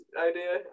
idea